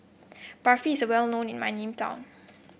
Barfi is well known in my name town